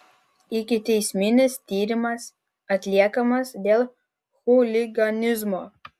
ikiteisminis tyrimas atliekamas dėl chuliganizmo